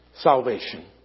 salvation